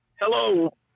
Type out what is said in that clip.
Hello